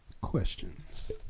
questions